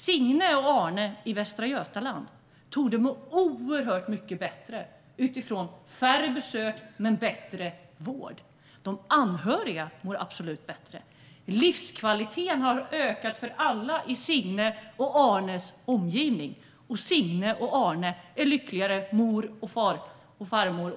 Signe och Arne i Västra Götaland torde må oerhört mycket bättre av färre besök men bättre vård. De anhöriga mår absolut bättre. Livskvaliteten har ökat för alla i Signes och Arnes omgivning, och Signe och Arne är lyckligare mor och farföräldrar.